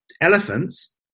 elephants